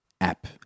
app